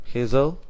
Hazel